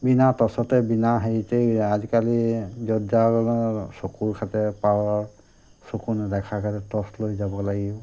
বিনা টৰ্চতে বিনা হেৰিতেই আজিকালি য'ত যাই চকুৰ পাৱাৰ চকু নেদেখাকৈ টৰ্চ লৈ যাব লাগিব